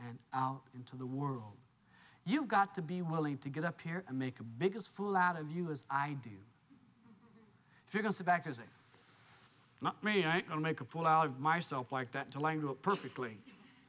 t into the world you've got to be willing to get up here and make a biggest fool out of you as i do if you're going to back it or make a fool out of myself like that the language perfectly